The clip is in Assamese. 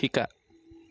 শিকা